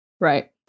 right